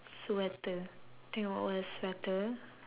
sweater think I would wear a sweater